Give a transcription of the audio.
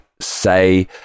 say